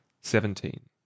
seventeen